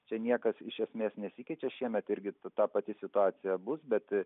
čia niekas iš esmės nesikeičia šiemet irgi ta pati situacija bus bet